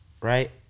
Right